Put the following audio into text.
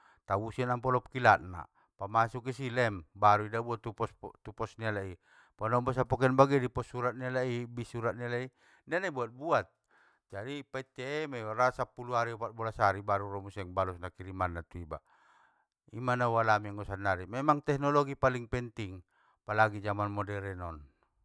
Tabusi nampolop kilatna, pamasuk isi, lem, baru idabuon tu pos- pos nalai i, manombo sapoken bagen dei i pos surat nalai i, bis surat nalai i, inda nai buat buat, jadi paitte ma iba ra sapulu ari opatbolas ari so ro muse balosna kirimanna tu iba. Ima nau alami anggo sannari memang tehnologi paling penting, apalagi jaman moderen on.